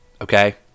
Okay